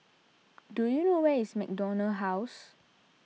do you know where is MacDonald House